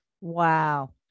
Wow